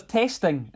testing